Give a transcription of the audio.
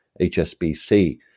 HSBC